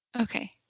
Okay